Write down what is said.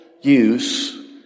use